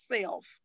self